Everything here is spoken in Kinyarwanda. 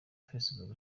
facebook